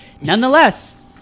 nonetheless